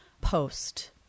post